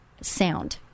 sound